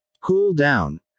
cool-down